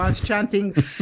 chanting